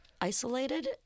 isolated